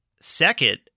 second